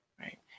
right